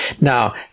Now